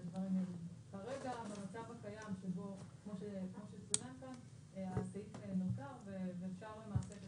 כרגע, במצב הקיים, הסעיף נותר ואפשר למעשה גם